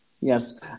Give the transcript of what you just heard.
Yes